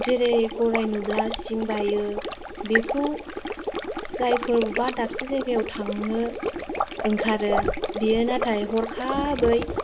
जेरै गराय नुब्ला सिं बायो बेखौ जायफोर बबेबा दाबसे जायगायाव थांनो ओंखारो बियो नाथाय हरखाबै